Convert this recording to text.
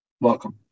Welcome